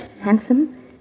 handsome